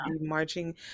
marching